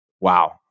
wow